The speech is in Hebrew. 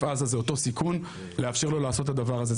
עזה זה אותו סיכון לאפשר לו לעשות את הדבר הזה,